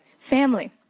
family,